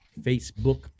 Facebook